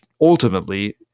ultimately